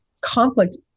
conflict